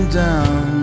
down